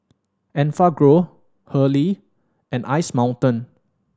Enfagrow Hurley and Ice Mountain